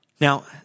Now